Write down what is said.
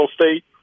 State